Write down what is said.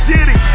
City